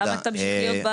למה עכשיו יש בעיה?